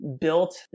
built